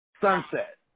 sunset